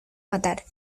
matar